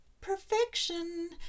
perfection